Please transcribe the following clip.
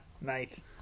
Nice